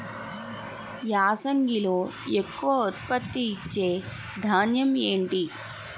యాసంగిలో ఎక్కువ ఉత్పత్తిని ఇచే ధాన్యం ఏంటి?